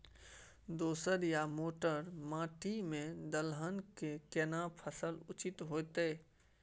दोरस या दोमट माटी में दलहन के केना फसल उचित होतै?